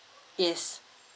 yes